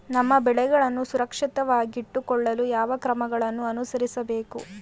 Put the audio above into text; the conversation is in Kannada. ನಮ್ಮ ಬೆಳೆಗಳನ್ನು ಸುರಕ್ಷಿತವಾಗಿಟ್ಟು ಕೊಳ್ಳಲು ಯಾವ ಕ್ರಮಗಳನ್ನು ಅನುಸರಿಸಬೇಕು?